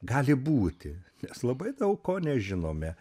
gali būti nes labai daug ko nežinome